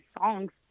songs